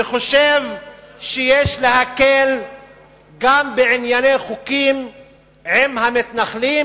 וחושב שיש להקל גם בענייני חוקים עם המתנחלים,